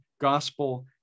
gospel